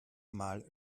mal